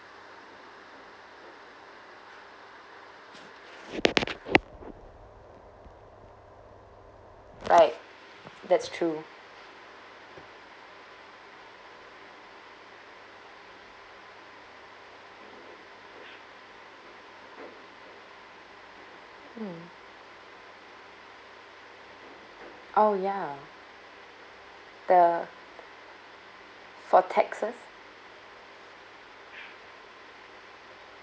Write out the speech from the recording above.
right that's true oh ya the for taxes